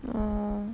orh